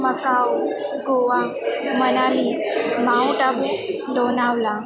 Macau Goa Manali Mount Abu Lonavala